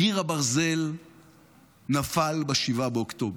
קיר הברזל נפל ב-7 באוקטובר,